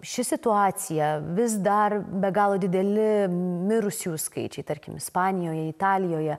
ši situacija vis dar be galo dideli mirusiųjų skaičiai tarkim ispanijoje italijoje